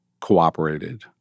cooperated